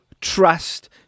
trust